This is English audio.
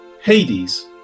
Hades